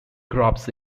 crops